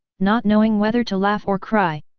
not knowing whether to laugh or cry.